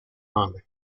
monica